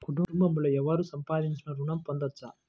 కుటుంబంలో ఎవరు సంపాదించినా ఋణం పొందవచ్చా?